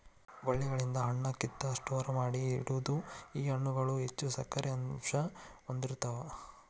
ಬಳ್ಳಿಗಳಿಂದ ಹಣ್ಣ ಕಿತ್ತ ಸ್ಟೋರ ಮಾಡಿ ಇಡುದು ಈ ಹಣ್ಣುಗಳು ಹೆಚ್ಚು ಸಕ್ಕರೆ ಅಂಶಾ ಹೊಂದಿರತಾವ